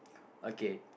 okay